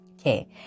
Okay